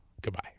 Goodbye